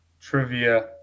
Trivia